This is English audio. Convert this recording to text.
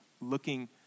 looking